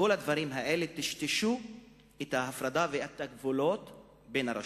כל הדברים האלה טשטשו את ההפרדה ואת הגבולות בין הרשויות.